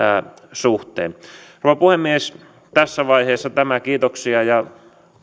suhteen rouva puhemies tässä vaiheessa tämä kiitoksia ja